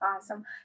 awesome